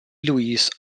louise